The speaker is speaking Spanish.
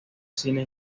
cine